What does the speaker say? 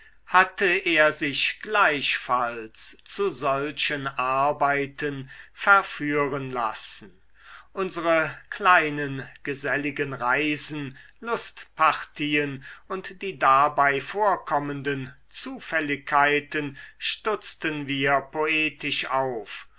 hatte er sich gleichfalls zu solchen arbeiten verführen lassen unsere kleinen geselligen reisen lustpartien und die dabei vorkommenden zufälligkeiten stutzten wir poetisch auf